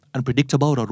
Unpredictable